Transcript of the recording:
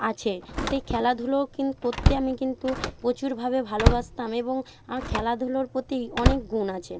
আছে সেই খেলাধুলো কিন করতে আমি কিন্তু প্রচুরভাবে ভালবাসতাম এবং আমার খেলাধুলার প্রতি অনেক গুণ আছে